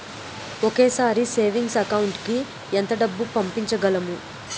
ఒకేసారి savings account కి ఎంత డబ్బు పంపించగలము?